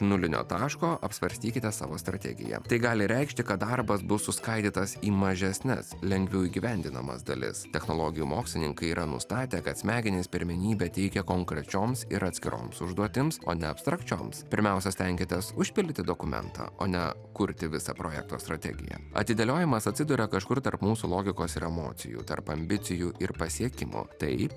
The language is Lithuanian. nulinio taško apsvarstykite savo strategiją tai gali reikšti kad darbas bus suskaidytas į mažesnes lengviau įgyvendinamas dalis technologijų mokslininkai yra nustatę kad smegenys pirmenybę teikia konkrečioms ir atskiroms užduotims o ne abstrakčioms pirmiausia stenkitės užpildyti dokumentą o ne kurti visą projekto strategiją atidėliojimas atsiduria kažkur tarp mūsų logikos ir emocijų tarp ambicijų ir pasiekimo tai